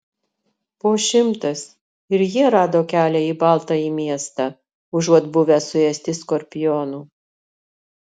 po šimtas ir jie rado kelią į baltąjį miestą užuot buvę suėsti skorpionų